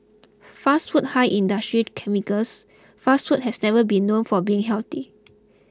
fast food high in industrial chemicals fast food has never been known for being healthy